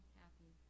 happy